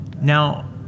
Now